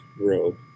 robe